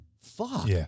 fuck